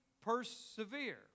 persevere